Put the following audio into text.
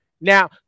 now